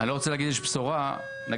אני לא רוצה להגיד אם יש בשורה, אז